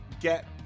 get